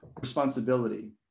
responsibility